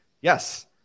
Yes